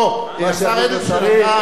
השר אדלשטיין,